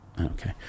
Okay